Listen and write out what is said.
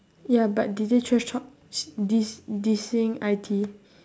ya but did they trash talk s~ diss dissing I_T